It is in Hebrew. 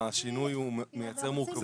השינוי מייצר מורכבות.